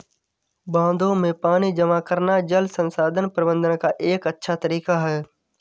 बांधों में पानी जमा करना जल संसाधन प्रबंधन का एक अच्छा तरीका है